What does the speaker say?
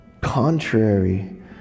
contrary